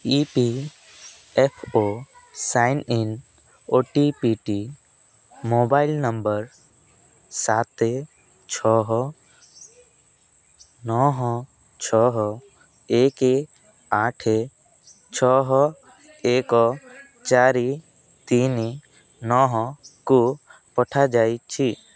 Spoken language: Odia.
E P F O sign in ଓଟିପିଟି ମୋବାଇଲ୍ ନମ୍ବର ସାତ ଛଅ ନଅ ଛଅ ଏକ ଆଠ ଛଅ ଏକ ଚାରି ତିନି ନଅକୁ ପଠାଯାଇଛି